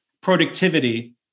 productivity